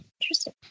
Interesting